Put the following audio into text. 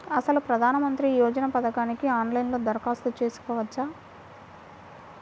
అసలు ప్రధాన మంత్రి యోజన పథకానికి ఆన్లైన్లో దరఖాస్తు చేసుకోవచ్చా?